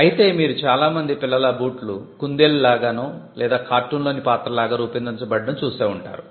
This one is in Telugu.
అయితే మీరు చాలా మంది పిల్లల బూట్లు కుందేలు లాగా లేదా కార్టూన్ లోని పాత్రలాగా రూపొందించబడటం చూసే వుంటారు